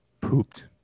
Pooped